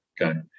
Okay